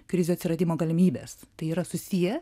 krizių atsiradimo galimybės tai yra susiję